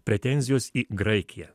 pretenzijos į graikiją